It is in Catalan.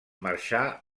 marxà